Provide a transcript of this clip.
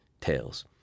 tales